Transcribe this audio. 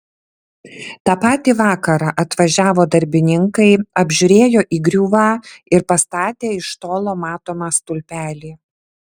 tą patį vakarą atvažiavo darbininkai apžiūrėjo įgriuvą ir pastatė iš tolo matomą stulpelį